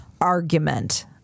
argument